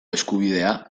eskubidea